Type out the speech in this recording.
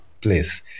place